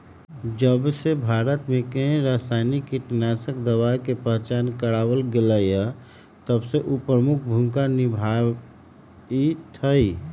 जबसे भारत में रसायनिक कीटनाशक दवाई के पहचान करावल गएल है तबसे उ प्रमुख भूमिका निभाई थई